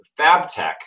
Fabtech